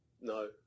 no